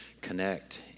connect